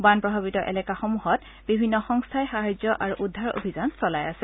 বান প্ৰভাৱিত এলেকাসমূহত বিভিন্ন সংস্থাই সাহায্য আৰু উদ্ধাৰ অভিযান চলাই আছে